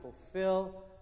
fulfill